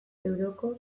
euroko